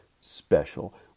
special